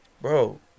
Bro